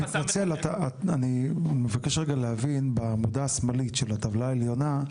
אני מבקש רגע להבין בעמודה השמאלית של הטבלה העליונה,